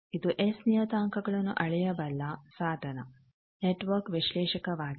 ಈಗ ಇದು ಎಸ್ ನಿಯತಾಂಕಗಳನ್ನು ಅಳೆಯಬಲ್ಲ ಸಾಧನ ನೆಟ್ವರ್ಕ್ ವಿಶ್ಲೇಷಕವಾಗಿದೆ